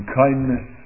kindness